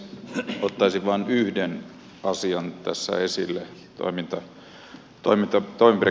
ottaisin vain yhden asian esille tässä toimenpidekertomuksessa